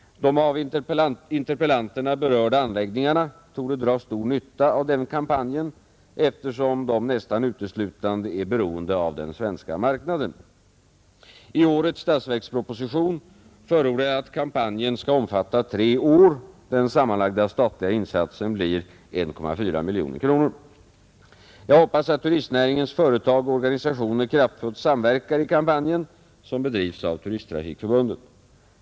De av interpellanterna berörda anläggningarna torde dra stor nytta av denna kampanj, eftersom de nästan uteslutande är beroende av den svenska marknaden. I årets statsverksproposition förordar jag att kampanjen skall omfatta tre år. Den sammanlagda statliga insatsen blir 1,4 miljoner kronor. Jag hoppas att turistnäringens företag och organisationer kraftfullt samverkar i kampanjen som bedrivs av Turisttrafikförbundet.